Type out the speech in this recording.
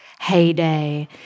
heyday